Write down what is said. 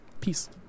Peace